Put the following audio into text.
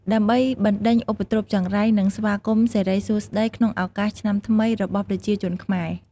ដើម្បីបណ្តេញឧបទ្រពចង្រៃ និងស្វាគមន៍សិរីសួស្តីក្នុងឱកាសឆ្នាំថ្មីរបស់ប្រជាជនខ្មែរ។